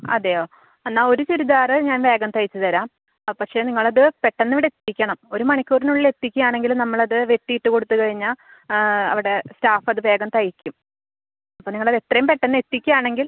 അതെയോ എന്നാൽ ഒരു ചുരിദാറ് ഞാൻ വേഗം തയ്ച്ച് തരാം ആ പക്ഷേ നിങ്ങളത് പെട്ടെന്നിവിടെ എത്തിക്കണം ഒരു മണിക്കൂറിനുള്ളിൽ എത്തിക്കാണെങ്കിൽ നമ്മളത് വെട്ടിയിട്ട് കൊടുത്ത് കഴിഞ്ഞാൽ അവിടെ സ്റ്റാഫത് വേഗം തയ്ക്കും അപ്പോൾ നിങ്ങൾ എത്രയും പെട്ടെന്ന് എത്തിക്കാണെങ്കിൽ